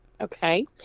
okay